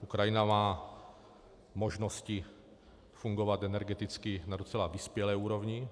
Ukrajina má možnosti fungovat energeticky na docela vyspělé úrovni.